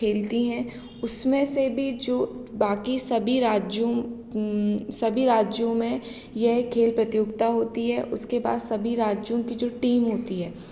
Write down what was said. खेलती हैं उसमें से भी जो बाकी सभी राज्यों सभी राज्यों में यह खेल प्रतियोगिता होती है उसके बाद सभी राज्यों की जो टीम होती है